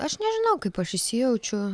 aš nežinau kaip aš įsijaučiu